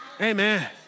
Amen